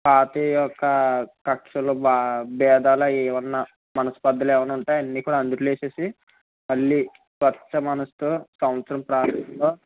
పాతవి యొక్క కక్షలు బా భేదాలు అవి ఏమైనా మనస్పర్ధులు ఏమైనా ఉంటే అన్నీ కూడా అగ్నిలో వేసి మళ్ళీ కొత్త మనసుతో సంవత్సరం ప్రారంభిద్దాము